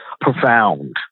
profound